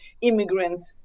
immigrant